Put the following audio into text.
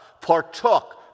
partook